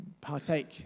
partake